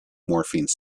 morphine